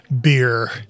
beer